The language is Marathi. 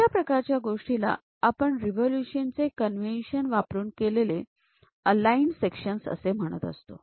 अशा प्रकारच्या गोष्टीला आपण रिव्होल्यूशन चे कन्व्हेंशन वापरून केलेले अलाईन्ड सेक्शन्स असे म्हणतो